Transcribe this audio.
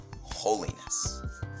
holiness